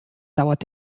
dauert